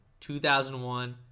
2001